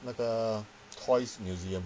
那个 toy's museum